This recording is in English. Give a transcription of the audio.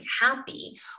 happy